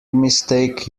mistake